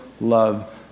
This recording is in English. love